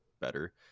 better